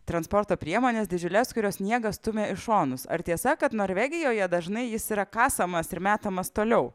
transporto priemones didžiules kurios sniegą stumia į šonus ar tiesa kad norvegijoje dažnai jis yra kasamas ir metamas toliau